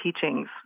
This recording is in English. teachings